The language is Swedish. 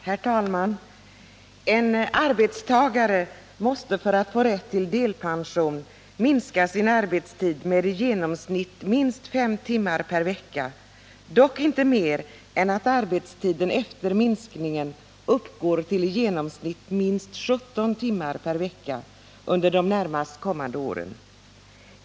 Herr talman! En arbetstagare måste för att få rätt till delpension minska sin arbetstid med i genomsnitt minst fem timmar per vecka, dock inte mer än att arbetstiden efter minskningen uppgår till i genomsnitt minst 17 timmar per vecka under de närmast kommande åren.